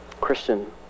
Christian